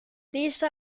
these